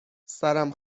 سرم